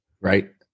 right